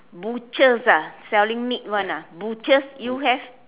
butchers ah selling meat [one] ah butchers you have